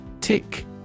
Tick